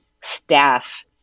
staff